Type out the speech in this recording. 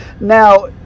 Now